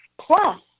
plus